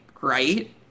right